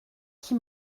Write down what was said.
qui